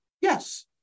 yes